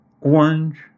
orange